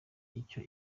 icyo